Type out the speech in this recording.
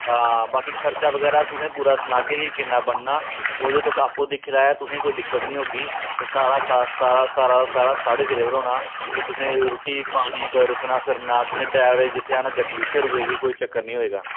ते बाकी खर्चा बगैरा तुसेंगी सनागे की किन्ना बनना ओह तुस आपूं दिक्खी लैयो तुसेंगी कोई दिक्कत निं होगी ते एह् साढ़ा सारा सारा साढ़े सिरै उप्पर होना की तुसें ई रुट्टी पानी रुकना फिरना डरैबरै गी जित्थें आक्खना गड्डी उत्थें रुकेगी कोई चक्कर निं होए गा